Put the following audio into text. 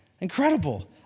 Incredible